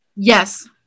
yes